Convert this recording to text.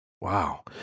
Wow